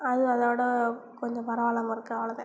அது அதோட கொஞ்சம் பரவாயில்லாம இருக்கு அவ்வளோதான்